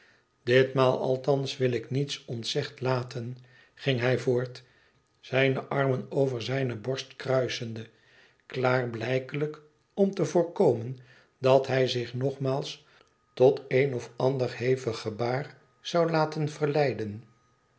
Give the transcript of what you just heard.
ditmaal althans wil ik niets ongezegd laten ging hij voort zijne armen over zijne borst kruisende klaarblijkelijk om te voorkomen dat hij zich nogmaals tot een of ander hevig gebaar zou laten verleiden